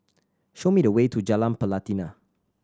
show me the way to Jalan Pelatina